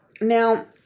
Now